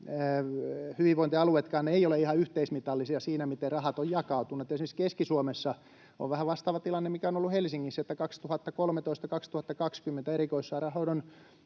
hyvinvointialueetkaan eivät ole ihan yhteismitallisia siinä, miten rahat ovat jakautuneet. Esimerkiksi Keski-Suomessa on vähän vastaava tilanne kuin mikä on ollut Helsingissä, että 2013—2020 erikoissairaanhoidon